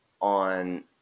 on